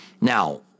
Now